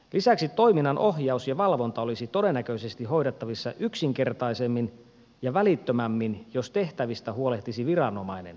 lisäksi toiminnan ohjaus ja valvonta olisi todennäköisesti hoidettavissa yksinkertaisemmin ja välittömämmin jos tehtävistä huolehtisi viranomainen